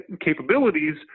capabilities